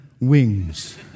wings